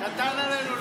קטן עלינו להיות פה.